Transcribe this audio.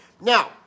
Now